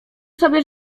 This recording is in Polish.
sobie